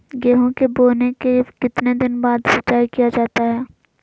गेंहू के बोने के कितने दिन बाद सिंचाई किया जाता है?